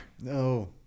No